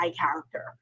character